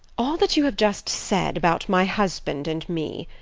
all that you have just said about my husband and me,